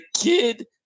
kid